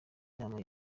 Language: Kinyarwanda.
inama